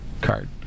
card